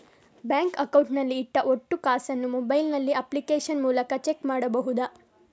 Bank account ನಲ್ಲಿ ಇಟ್ಟ ಒಟ್ಟು ಕಾಸನ್ನು ಮೊಬೈಲ್ ನಲ್ಲಿ ಅಪ್ಲಿಕೇಶನ್ ಮೂಲಕ ಚೆಕ್ ಮಾಡಬಹುದಾ?